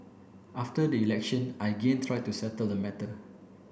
after the election I again tried to settle the matter